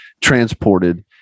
transported